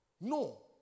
No